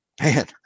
man